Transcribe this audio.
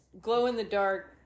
glow-in-the-dark